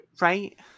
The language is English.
Right